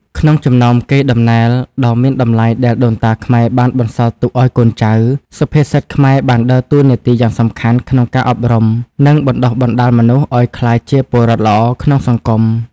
ក្នុងចំណោមកេរ្តិ៍ដំណែលដ៏មានតម្លៃដែលដូនតាខ្មែរបានបន្សល់ទុកឱ្យកូនចៅ សុភាសិតខ្មែរបានដើរតួនាទីយ៉ាងសំខាន់ក្នុងការអប់រំ និងបណ្ដុះបណ្ដាលមនុស្សឱ្យក្លាយជាពលរដ្ឋល្អក្នុងសង្គម។